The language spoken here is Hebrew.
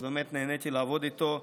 אז באמת נהניתי לעבוד איתו.